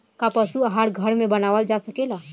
का पशु आहार घर में बनावल जा सकेला?